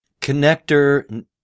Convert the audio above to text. Connector